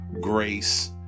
grace